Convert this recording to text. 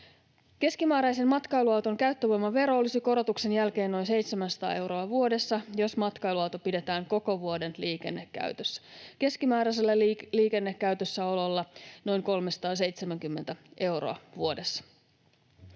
Keskimääräisen matkailuauton käyttövoimavero olisi korotuksen jälkeen noin 700 euroa vuodessa, jos matkailuauto pidetään koko vuoden liikennekäytössä, keskimääräisellä liikennekäytössäololla noin 370 euroa vuodessa.